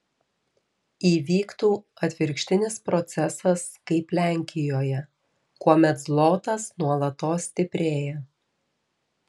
įvyktų atvirkštinis procesas kaip lenkijoje kuomet zlotas nuolatos stiprėja